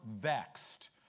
vexed